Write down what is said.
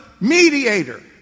mediator